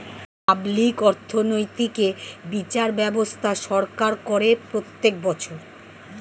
public অর্থনৈতিক এ বিচার ব্যবস্থা সরকার করে প্রত্যেক বছর